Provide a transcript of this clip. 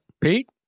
Pete